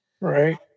Right